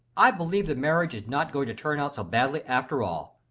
i believe the marriage is not going to turn out so badly after all.